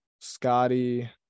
Scotty